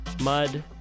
mud